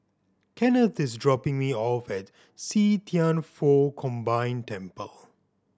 Kennth is dropping me off at See Thian Foh Combined Temple